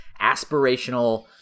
aspirational